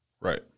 Right